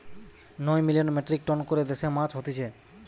নয় million metric tonne করে দেশে মাছ হতিছে